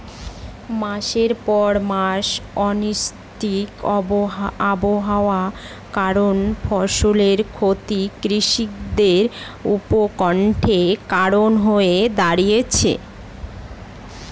মাসের পর মাস অনিশ্চিত আবহাওয়ার কারণে ফসলের ক্ষতি কৃষকদের উৎকন্ঠার কারণ হয়ে দাঁড়িয়েছে